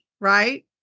Right